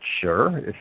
sure